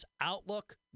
Outlook